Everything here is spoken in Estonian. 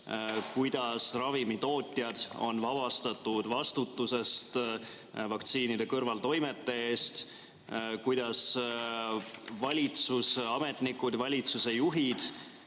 kuidas ravimitootjad on vabastatud vastutusest vaktsiinide kõrvaltoimete eest, kuidas valitsusametnikud ja valitsuse juhid